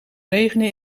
regenen